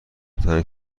تنگ